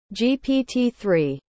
GPT-3